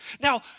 Now